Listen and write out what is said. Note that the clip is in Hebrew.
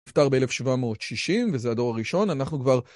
נפטר ב-1760, וזה הדור הראשון, אנחנו כבר...